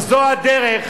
אם זו הדרך,